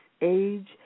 age